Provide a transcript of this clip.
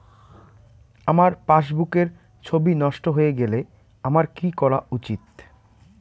আমার পাসবুকের ছবি নষ্ট হয়ে গেলে আমার কী করা উচিৎ?